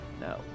No